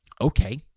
Okay